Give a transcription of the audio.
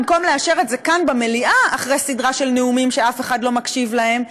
במקום לאשר את זה כאן במליאה אחרי סדרה של נאומים שאף אחד לא מקשיב להם,